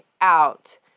out